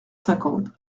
cinquante